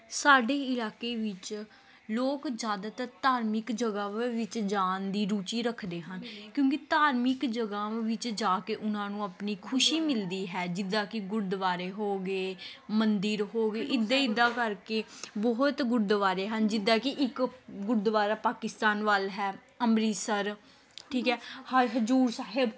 ਸਾਡੇ ਇਲਾਕੇ ਵਿੱਚ ਲੋਕ ਜ਼ਿਆਦਾਤਰ ਧਾਰਮਿਕ ਜਗ੍ਹਾਵਾਂ ਵਿੱਚ ਜਾਣ ਦੀ ਰੁਚੀ ਰੱਖਦੇ ਹਨ ਕਿਉਂਕਿ ਧਾਰਮਿਕ ਜਗ੍ਹਾਵਾਂ ਵਿੱਚ ਜਾ ਕੇ ਉਹਨਾਂ ਨੂੰ ਆਪਣੀ ਖੁਸ਼ੀ ਮਿਲਦੀ ਹੈ ਜਿੱਦਾਂ ਕਿ ਗੁਰਦੁਆਰੇ ਹੋ ਗਏ ਮੰਦਰ ਹੋ ਗਈ ਇੱਦਾ ਇੱਦਾਂ ਕਰਕੇ ਬਹੁਤ ਗੁਰਦੁਆਰੇ ਹਨ ਜਿੱਦਾਂ ਕਿ ਇੱਕ ਗੁਰਦੁਆਰਾ ਪਾਕਿਸਤਾਨ ਵੱਲ ਹੈ ਅੰਮ੍ਰਿਤਸਰ ਠੀਕ ਹੈ ਹਰ ਹਜ਼ੂਰ ਸਾਹਿਬ